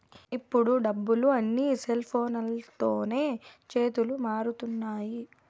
ఇప్పుడు డబ్బులు అన్నీ సెల్ఫోన్లతోనే చేతులు మారుతున్నాయి